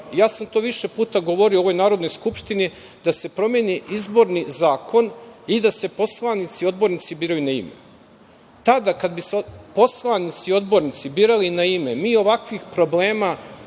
ja sam to više puta govorio u ovoj Narodnoj skupštini, da se promeni izborni zakon i da se poslanici, odbornici biraju na ime. Tada kada bi se poslanici, odbornici birali na ime, mi ovakvih problema,